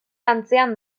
antzean